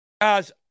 Guys